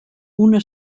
una